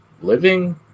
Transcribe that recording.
living